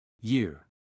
Year